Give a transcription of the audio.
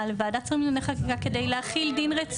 לוועדת שרים לענייני חקיקה כדי להחיל דין רציפות.